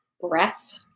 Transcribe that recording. breath